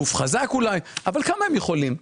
גוף חזק אולי אבל כמה הם יכולים?